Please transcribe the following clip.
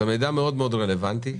זה מידע מאוד-מאוד רלוונטי.